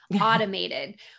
automated